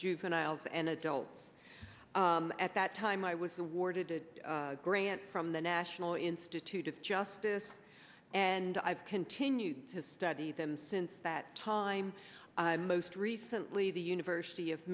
juveniles and adults at that time i was awarded a grant from the national institute of justice and i've continued to study them since that time most recently the university of